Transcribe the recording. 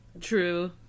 True